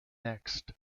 next